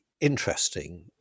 interesting